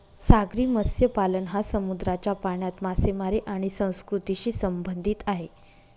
सागरी मत्स्यपालन हा समुद्राच्या पाण्यात मासेमारी आणि संस्कृतीशी संबंधित आहे